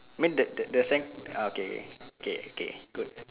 mean the the the sand uh okay okay K K good